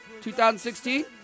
2016